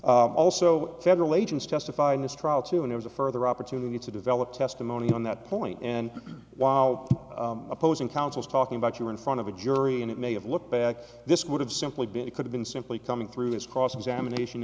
that also federal agents testified in this trial to an it was a further opportunity to develop testimony on that point and wow opposing counsel talking about you in front of a jury and it may have looked back this could have simply been it could have been simply coming through his cross examination